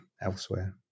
elsewhere